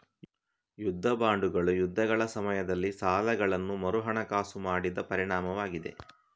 ಯುದ್ಧ ಬಾಂಡುಗಳು ಯುದ್ಧಗಳ ಸಮಯದಲ್ಲಿ ಸಾಲಗಳನ್ನು ಮರುಹಣಕಾಸು ಮಾಡಿದ ಪರಿಣಾಮವಾಗಿದೆ